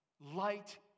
light